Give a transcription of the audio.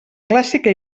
clàssica